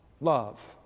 love